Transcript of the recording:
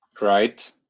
Right